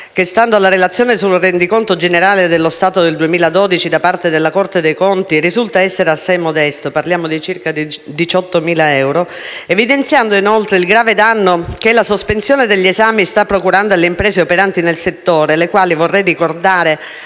che, stando alla Relazione sul rendiconto generale dello Stato del 2012 da parte della Corte dei conti, risulta assai modesto per lo Stato (circa 18.000 euro), evidenziando, inoltre, il grave danno che la sospensione degli esami sta procurando alle imprese operanti nel settore, le quali hanno investito